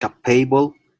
capable